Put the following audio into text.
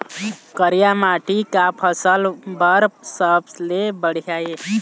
करिया माटी का फसल बर सबले बढ़िया ये?